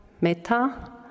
metta